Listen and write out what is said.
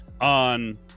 on